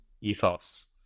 ethos